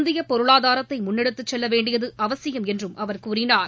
இந்தியப் பொருளாதாரத்தை முன்னெடுத்துச் செல்ல வேண்டியது அவசியம் என்றும் அவர் கூறினார்